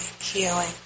healing